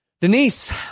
Denise